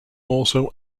also